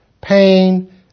pain